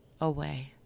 away